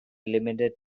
limited